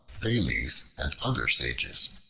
thales, and other sages,